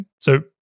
So-